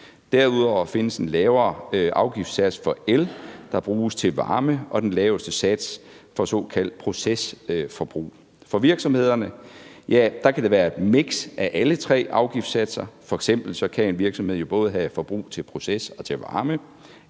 Derudover findes en lavere afgiftssats for el, der bruges til varme, og den laveste sats er for såkaldt procesforbrug. For virksomhederne kan det være et miks af alle tre afgiftssatser. F.eks. kan en virksomhed jo både have forbrug til proces og til varme,